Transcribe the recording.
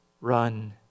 run